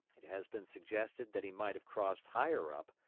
it has been suggested that he might have crossed higher up,